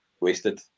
wasted